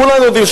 כולם יודעים.